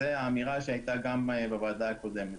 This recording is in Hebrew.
זו האמירה שהייתה גם בוועדה הקודמת.